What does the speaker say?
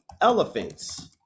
elephants